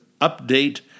update